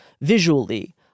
visually